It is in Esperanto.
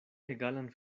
egalan